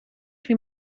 wie